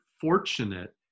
fortunate